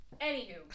Anywho